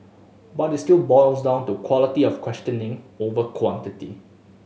but it still boils down to quality of questioning over quantity